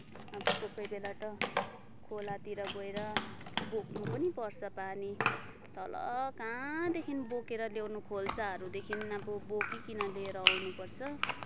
अब कोही कोही बेला त खोलातिर गएर बोक्नु पनि पर्छ पानी तल कहाँदेखि बोकेर ल्याउनु खोल्साहरूदेखि अब बोकिकन लिएर आउनुपर्छ